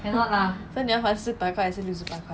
so 你要还四百块还是六十八块